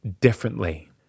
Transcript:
differently